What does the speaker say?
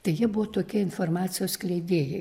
tai jie buvo tokie informacijos skleidėjai